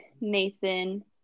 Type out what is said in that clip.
Nathan